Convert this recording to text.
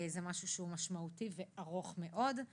זה משמעותי וארוך מאוד;